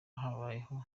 habayeho